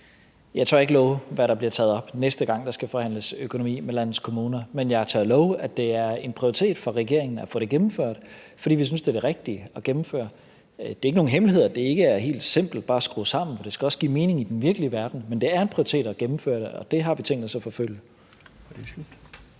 Jeg tør ikke love, hvad der bliver taget op, næste gang der skal forhandles økonomi med landets kommuner, men jeg tør love, at det er en prioritet for regeringen at få det gennemført, fordi vi synes, det er det rigtige at gennemføre. Der er ikke nogen hemmelighed, at det ikke er helt simpelt at skrue det sammen, for det skal også give mening i den virkelige verden, men det er en prioritet at gennemføre det, og det har vi tænkt os at forfølge.